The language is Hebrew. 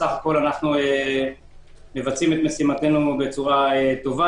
בסך הכול אנו מבצעים משימתנו בצורה טובה